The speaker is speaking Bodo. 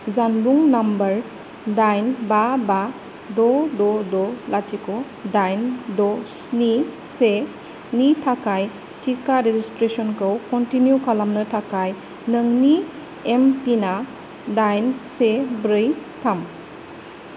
जानबुं नम्बर दाइन बा बा द' द' द' लाथिख' दाइन द' स्नि से नि थाखाय टिका रेजिसट्रेसनखौ कनटिनिउ खालामनो थाखाय नोंनि एम पिन आ दाइन से ब्रै थाम